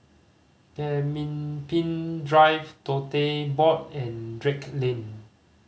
Pemimpin Drive Tote Board and Drake Lane